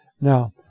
now